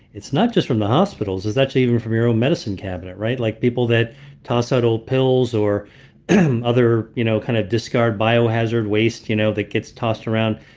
it's not just from the hospitals. it's actually even from your own medicine cabinet. like people that toss out old pills or and other. you know kind of discard biohazard waste you know that gets tossed around.